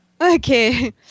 Okay